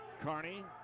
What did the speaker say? Carney